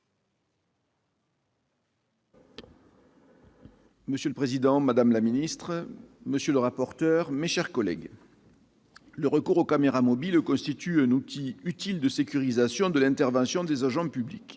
Monsieur le président, madame la ministre, monsieur le rapporteur, mes chers collègues, le recours aux caméras mobiles constitue un outil utile de sécurisation de l'intervention des agents publics.